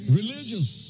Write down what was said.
religious